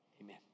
Amen